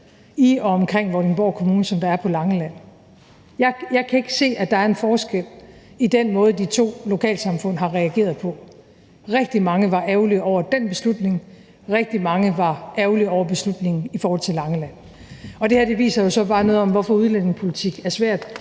i og omkring Vordingborg Kommune, som der er på Langeland. Jeg kan ikke se, at der en forskel i den måde, de to lokalsamfund har reageret på. Rigtig mange var ærgerlige over den beslutning, rigtig mange var ærgerlige over beslutningen i forhold til Langeland. Det her viser jo så bare noget om, hvorfor udlændingepolitik er svært,